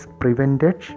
prevented